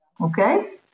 Okay